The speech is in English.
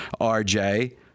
RJ